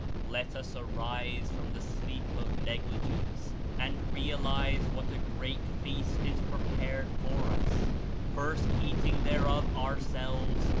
let us arise from the sleep of negligence and realize what a great feast is prepared for us first eating thereof ourselves,